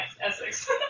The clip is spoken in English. Essex